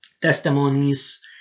testimonies